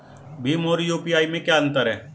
भीम और यू.पी.आई में क्या अंतर है?